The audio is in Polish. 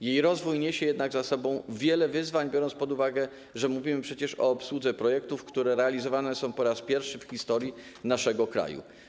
Jej rozwój niesie jednak za sobą wiele wyzwań, biorąc pod uwagę, że mówimy przecież o obsłudze projektów, które realizowane są po raz pierwszy w historii naszego kraju.